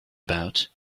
about